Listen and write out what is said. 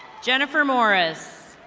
jennifer morez.